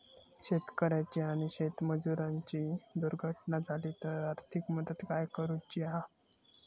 शेतकऱ्याची आणि शेतमजुराची दुर्घटना झाली तर आर्थिक मदत काय करूची हा?